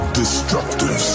destructive